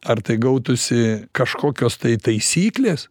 ar tai gautųsi kažkokios tai taisyklės